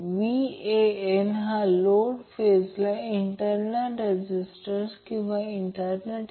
तर कोठेही हे समान आहे 120° फेज व्होल्टेजचे rms मूल्य आहे